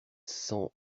cent